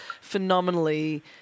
phenomenally